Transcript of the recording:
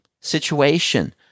situation